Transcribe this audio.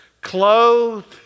clothed